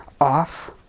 off